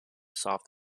soft